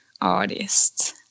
artist